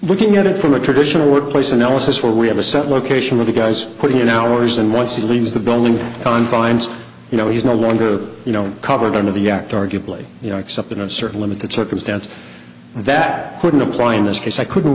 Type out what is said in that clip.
looking at it from a traditional workplace analysis where we have a set location where the guy's putting in hours and once he leaves the building confines you know he's no wonder you know covered under the act arguably you know except in a certain limited circumstance that wouldn't apply in this case i couldn't